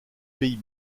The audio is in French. pays